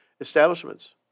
establishments